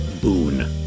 Boone